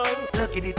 Lucky